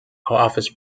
office